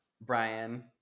Brian